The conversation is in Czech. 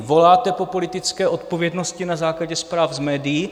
Voláte po politické odpovědnosti na základě zpráv z médií.